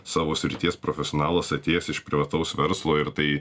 savo srities profesionalas atėjęs iš privataus verslo ir tai